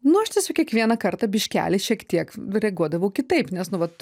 nu aš tiesiog kiekvieną kartą biškelį šiek tiek reaguodavau kitaip nes nu vat